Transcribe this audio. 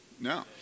No